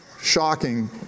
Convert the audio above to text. shocking